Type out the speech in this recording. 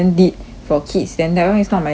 for kids then that [one] is not my interest lah